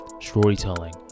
storytelling